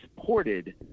supported